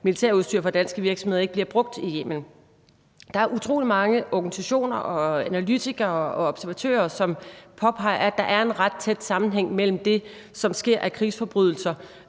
militærudstyr fra danske virksomheder ikke bliver brugt i Yemen. Der er utrolig mange organisationer og analytikere og observatører, som påpeger, at der er en ret tæt sammenhæng mellem det, der sker i form af krigsforbrydelser